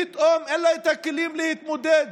פתאום אין לה את הכלים להתמודד